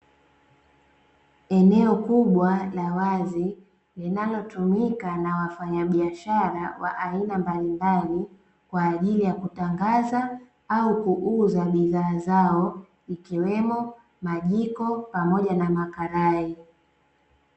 Eneo kubwa la wazi linalotumika na wafanya biashara wa aina mbalimbali kwa ajili ya kutangaza au kuuza bidhaa zao ikiwemo majiko pamoja na makarai.